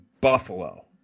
Buffalo